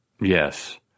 Yes